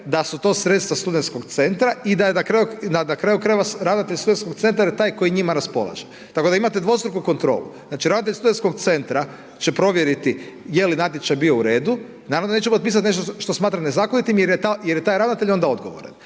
da su to sredstva studentskog centra i da na kraju krajeva ravnatelj studentskog centra je taj koji njima raspolaže. Tako da imate dvostruku kontrolu. Znači … studentskog centra će provjeriti je li natječaj bio u redu. Naravno da neće otpisati nešto što smatra nezakonitim jer je taj ravnatelj onda odgovoran.